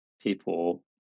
people